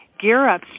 GearUp